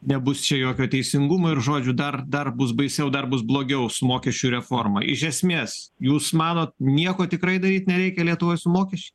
nebus čia jokio teisingumo ir žodžiu dar dar bus baisiau dar bus blogiau su mokesčių reforma iš esmės jūs manot nieko tikrai daryt nereikia lietuvoj su mokesčiais